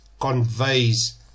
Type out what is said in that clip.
conveys